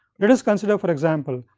let us consider for example,